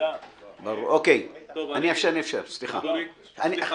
אני אאפשר לכם.